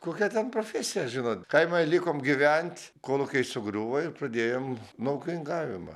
kokia ten profesija žinot kaime likom gyventi kol kai sugriuvo ir pradėjom nuo ūkininkavimo